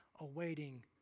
awaiting